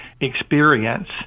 experience